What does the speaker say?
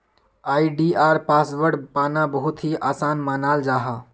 आई.डी.आर password पाना बहुत ही आसान मानाल जाहा